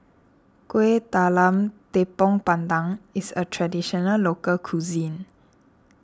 Kueh Talam Tepong Pandan is a Traditional Local Cuisine